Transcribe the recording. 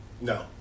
No